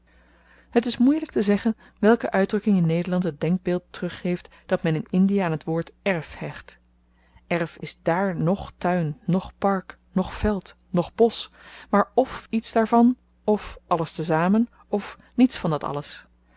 het is moeielyk te zeggen welke uitdrukking in nederland het denkbeeld teruggeeft dat men in indie aan t woord erf hecht erf is dààr noch tuin noch park noch veld noch bosch maar f iets daarvan f alles tezamen f niets van dat alles